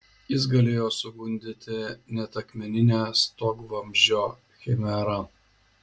jis galėjo sugundyti net akmeninę stogvamzdžio chimerą